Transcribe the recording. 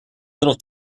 little